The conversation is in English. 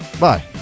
Bye